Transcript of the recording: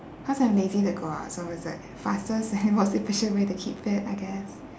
cause I'm lazy to go out so it's the fastest and most efficient way to keep fit I guess